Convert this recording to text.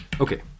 Okay